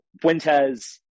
Fuentes